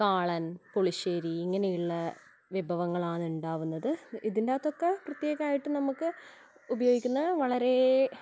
കാളൻ പുളിശ്ശേരി ഇങ്ങനെയുള്ള വിഭവങ്ങളാണ് ഉണ്ടാവുന്നത് ഇതിന്റെ അകത്തൊക്കെ പ്രത്യേകമായിട്ട് നമുക്ക് ഉപയോഗിക്കുന്ന വളരെ